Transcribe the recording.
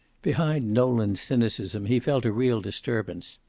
behind nolan's cynicism he felt a real disturbance.